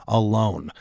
alone